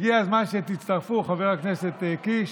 הגיע הזמן שתצטרפו, חבר הכנסת קיש,